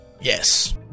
Yes